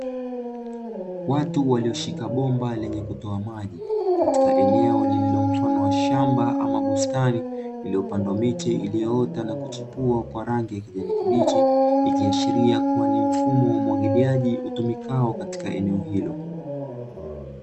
Watu walioshika bomba lenye kutoa maji katika eneo lililo mfano wa shamba ama bustani, iliyopandwa miti iliyoota na kuchipua kwa rangi ya kijani kibichi; ikiashiria kuwa ni mfumo wa umwagiliaji utumikao katika eneo hilo.